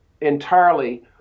entirely